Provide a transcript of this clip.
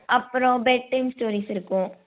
அப்புறோம் bedtime stories இருக்கும்